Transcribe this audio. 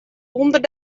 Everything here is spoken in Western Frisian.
ûnder